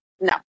No